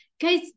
guys